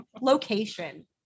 Location